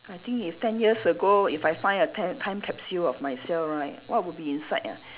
I think if ten years ago if I find a time time capsule of myself right what would be inside ah